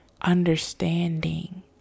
understanding